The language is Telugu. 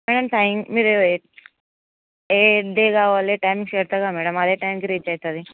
మేడం టైం మీరు ఏ డే కావాలి టైంకి చెప్తారా మేడం అదే టైంకి రీచ్ అవుతుంది